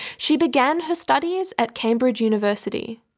she began her studies at cambridge university,